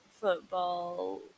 football